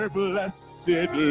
blessed